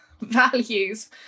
values